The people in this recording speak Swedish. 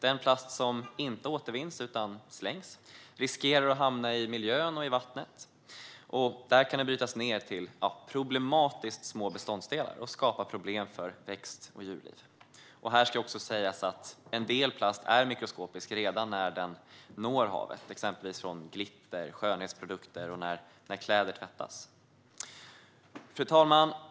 Den plast som inte återvinns utan slängs riskerar att hamna i miljön och i vattnet. Där kan den brytas ned till problematiskt små beståndsdelar och skapa problem för växt och djurliv. Här ska jag också säga att en del plast är mikroskopisk redan när den når havet, exempelvis från glitter, från skönhetsprodukter och från kläder som har tvättats. Fru talman!